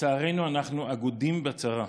לצערנו אנחנו אגודים בצרה,